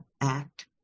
act